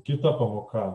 kita pamoka